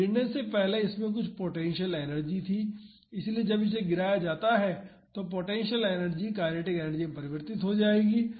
तो गिरने से पहले तो इसमें कुछ पोटेंशियल एनर्जी थी इसलिए जब इसे गिराया जाता है तो पोटेंशियल एनर्जी काइनेटिक एनर्जी परिवर्तित हो जाएगी